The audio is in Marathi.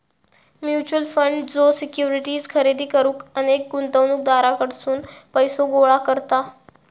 म्युच्युअल फंड ज्यो सिक्युरिटीज खरेदी करुक अनेक गुंतवणूकदारांकडसून पैसो गोळा करता